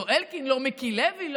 לא אלקין, לא מיקי לוי.